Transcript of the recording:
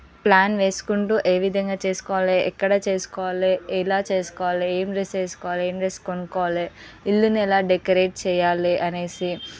plan వేసుకుంటూ ఏ విధంగా చేసుకోవాలి ఎక్కడ చేసుకోవాలి ఎలా చేసుకోవాలి ఏం డ్రస్ వేసుకోవాలి ఏం డ్రస్ కొనుక్కోవాలి ఇల్లును ఎలా డెకరేట్ చేయాలి అనేసి